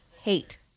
Hate